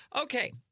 Okay